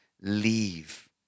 leave